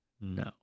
No